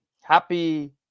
happy